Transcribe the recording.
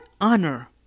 honor